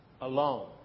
alone